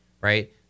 right